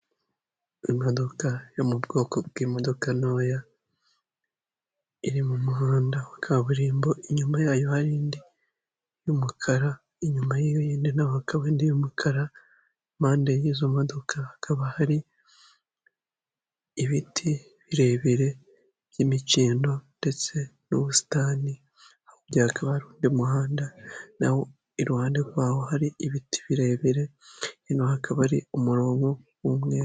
Imodoka yo mu bwoko bw'imodoka ntoya iri mu muhanda wa kaburimbo inyuma yayo hari indi yumukara inyuma yihinde naho ikabaindi yumukarapande y yizo modoka hakaba hari ibiti birebire by'imikino ndetse n'ubusitani aho byakaba undi muhanda iruhande rwawo hari ibiti birebire in hakaba ari umurongo wumweru.